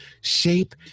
shape